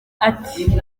ati